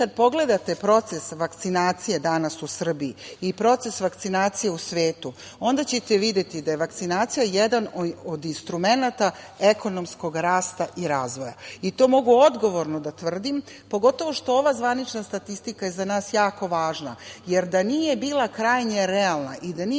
kada pogledate proces vakcinacije danas u Srbiji i proces vakcinacije u svetu, onda ćete videti da je vakcinacija jedan od instrumenata ekonomskog rasta i razvoja. To mogu odgovorno da tvrdim, pogotovo što ova zvanična statistika je za nas jako važna, jer da nije bila krajnje realna i da nije